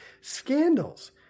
scandals